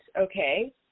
okay